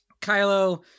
Kylo